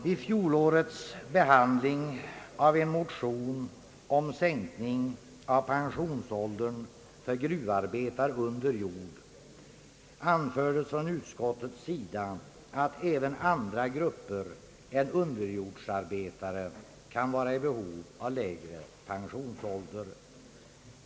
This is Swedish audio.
— Vid fjolårets behandling av en motion om sänkning av pensionsåldern för gruvarbetare under jord anfördes från utskottets sida att även andra grupper än underjordsarbetare kan vara i behov av lägre pensionsålder.